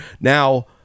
Now